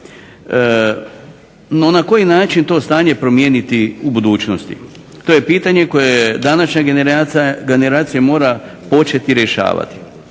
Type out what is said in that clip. No, na koji način to stanje promijeniti u budućnosti? To je pitanje koje današnja generacija mora početi rješavati.